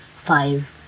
five